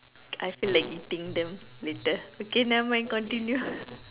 I feel like eating them later okay nevermind continue